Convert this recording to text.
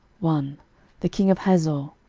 one the king of hazor,